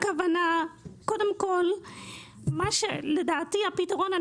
קודם כל מה שלדעתי הפתרון,